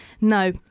no